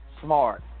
smart